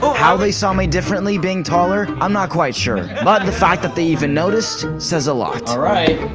how they saw me differently being taller, i'm not quite sure. but the fact that they even noticed? says a lot. alright!